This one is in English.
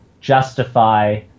justify